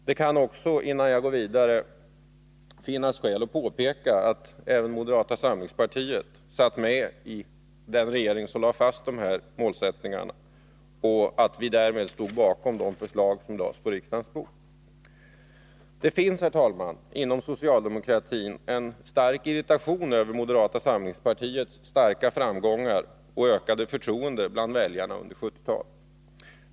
Det kan också, innan jag går vidare, finnas skäl att påpeka att även företrädare för moderata samlingspartiet satt med i den regering som lade fast dessa målsättningar och att vårt parti därmed stod bakom de förslag som lades på riksdagens bord. Det finns, herr talman, inom socialdemokratin en stark irritation över moderata samlingspartiets stora framgångar och ökade förtroende bland väljarna under 1970-talet.